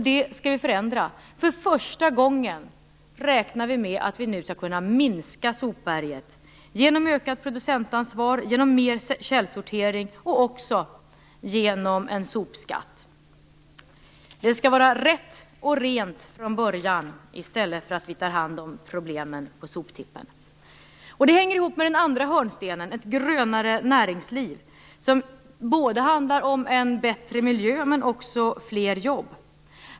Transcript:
Det skall vi förändra. För första gången räknar vi med att vi nu skall kunna minska sopberget, genom ökat producentansvar, mer källsortering och en sopskatt. Det skall vara rätt och rent från början, så att vi inte måste ta hand om problemen på soptippen. Det hänger ihop med den andra hörnstenen: ett grönare näringsliv. Det handlar både om en bättre miljö och om fler jobb.